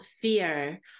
fear